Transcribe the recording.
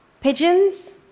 Pigeons